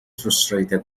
frustrated